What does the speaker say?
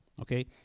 Okay